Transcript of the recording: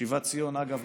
אגב,